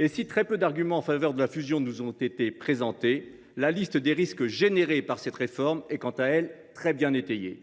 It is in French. En outre, si très peu d’arguments en faveur de la fusion nous ont été présentés, la liste des risques générés par cette réforme est, quant à elle, très étayée.